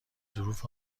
ظروف